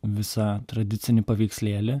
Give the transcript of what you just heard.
visa tradicinį paveikslėlį